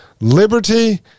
liberty